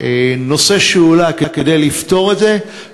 הנושא שהועלה כדי לפתור את זה,